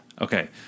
Okay